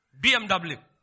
BMW